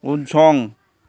उनसं